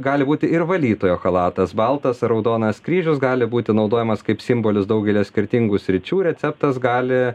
gali būti ir valytojo chalatas baltas ar raudonas kryžius gali būti naudojamas kaip simbolis daugelio skirtingų sričių receptas gali